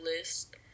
list